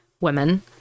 women